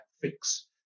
fix